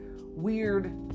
weird